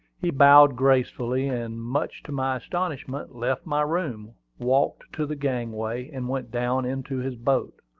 he bowed gracefully, and much to my astonishment, left my room, walked to the gangway, and went down into his boat.